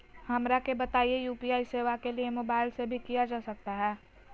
हमरा के बताइए यू.पी.आई सेवा के लिए मोबाइल से भी किया जा सकता है?